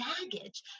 baggage